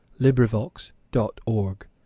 LibriVox.org